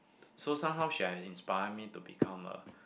so somehow she had inspired me to become a